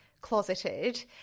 closeted